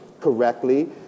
correctly